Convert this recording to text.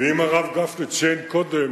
ואם הרב גפני ציין קודם